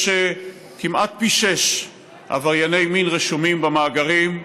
יש כמעט פי שישה עברייני מין רשומים במאגרים,